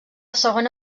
segona